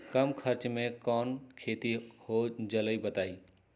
कम खर्च म कौन खेती हो जलई बताई?